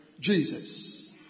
Jesus